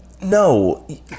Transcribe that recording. No